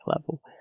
level